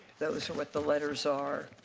those are what the letters are.